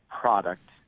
product